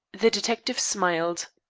the detective smiled.